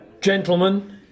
Gentlemen